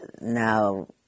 now